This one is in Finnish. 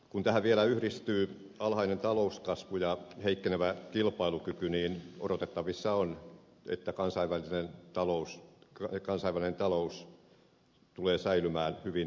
kun tähän vielä yhdistyy alhainen talouskasvu ja heikkenevä kilpailukyky niin odotettavissa on että kansainvälinen talous tulee säilymään hyvin epävarmana